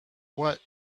what